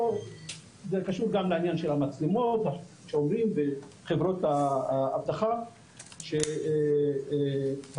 זה קשור גם לענין של השומרים בחברות האבטחה שמצבם